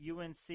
UNC